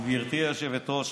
גברתי היושבת-ראש,